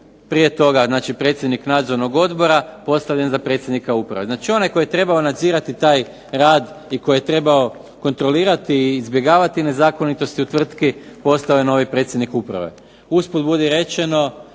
prije toga predsjednik nadzornog odbora postavljen za predsjednika uprave. Znači, onaj tko je trebao nadzirati taj rad i tko je trebao kontrolirati i izbjegavati nezakonitosti u tvrtki postao je novi predsjednik uprave. Usput budi rečeno,